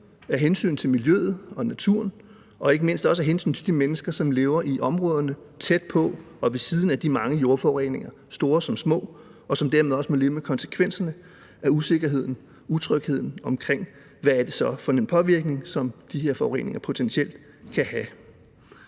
af hensyn til miljøet og naturen og ikke mindst også af hensyn til de mennesker, som lever i områderne tæt på og ved siden af de mange jordforureninger, store som små, og som dermed også må leve med konsekvenserne af usikkerheden og utrygheden omkring, hvad det er for en påvirkning, som de her forureninger potentielt kan have.